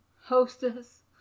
hostess